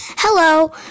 Hello